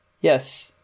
Yes